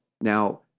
Now